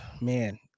man